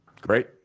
Great